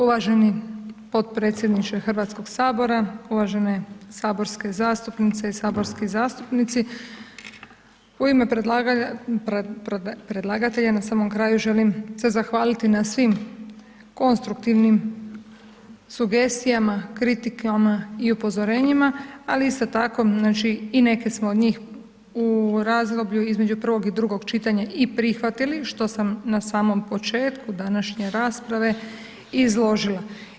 Uvaženi potpredsjedniče HS, uvažene saborske zastupnice i saborski zastupnici, u ime predlagatelja na samom kraju želim se zahvaliti na svim konstruktivnim sugestijama, kritikama i upozorenjima, ali isto tako, znači, i neke smo od njih u razdoblju između prvog i drugog čitanja i prihvatili, što sam na samom početku današnje raspravu izložila.